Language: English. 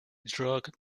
drug